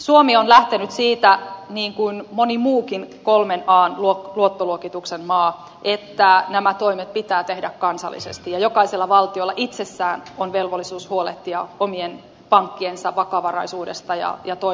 suomi on lähtenyt siitä niin kuin moni muukin kolmen an luottoluokituksen maa että nämä toimet pitää tehdä kansallisesti ja jokaisella valtiolla itsellään on velvollisuus huolehtia omien pankkiensa vakavaraisuudesta ja toimivuudesta